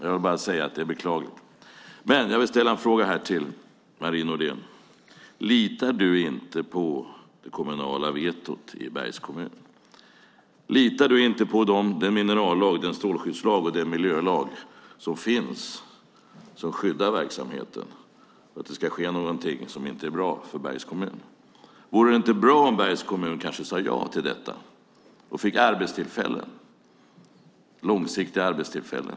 Jag vill bara säga att det är beklagligt. Jag vill ställa en fråga till Marie Nordén. Litar du inte på det kommunala vetot i Bergs kommun? Litar du inte på den minerallag, den strålskyddslag och den miljölag som finns och som skyddar verksamheten från att det ska ske någonting som inte är bra för Bergs kommun? Vore det inte bra om Bergs kommun kanske sade ja till detta och fick långsiktiga arbetstillfällen?